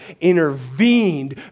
intervened